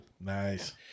Nice